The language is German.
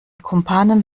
kumpanen